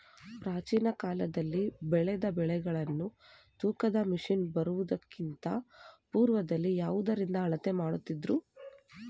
ಪ್ರಾಚೀನ ಕಾಲದಲ್ಲಿ ಬೆಳೆದ ಬೆಳೆಗಳನ್ನು ತೂಕದ ಮಷಿನ್ ಬರುವುದಕ್ಕಿಂತ ಪೂರ್ವದಲ್ಲಿ ಯಾವುದರಿಂದ ಅಳತೆ ಮಾಡುತ್ತಿದ್ದರು?